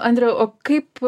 andriau o kaip